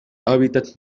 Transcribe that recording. hábitats